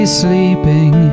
sleeping